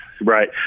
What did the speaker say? Right